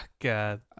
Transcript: God